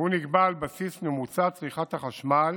והוא נקבע על בסיס ממוצע צריכת החשמל